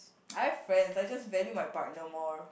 I have friends I just value my partner more